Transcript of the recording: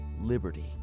liberty